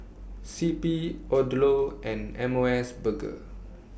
C P Odlo and M O S Burger